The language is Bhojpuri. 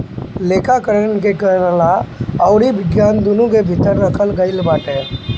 लेखाकरण के कला अउरी विज्ञान दूनो के भीतर रखल गईल बाटे